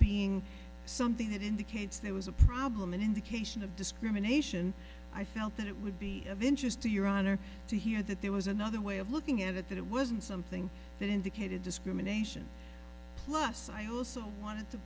being something that indicates there was a problem an indication of discrimination i felt that it would be of interest to your honor to hear that there was another way of looking at it that it wasn't something that indicated discrimination plus i also want